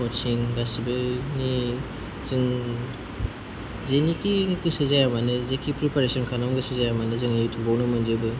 coaching गासिबोनि जों जेनिखि गोसो जाया मानो जेखि प्रिपारेशन खालामनो गोसो जाया मानो जोङो युटुबावनो मोनजोबो